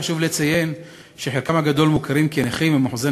חשוב לציין שחלקם הגדול מוכרים כנכים עם אחוזי